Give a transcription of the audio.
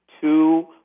two